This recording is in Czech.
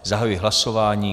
Zahajuji hlasování.